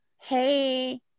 Hey